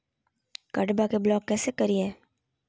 कार्डबा के ब्लॉक कैसे करिए?